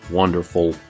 wonderful